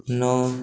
नओ